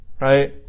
Right